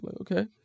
Okay